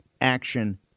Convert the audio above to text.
action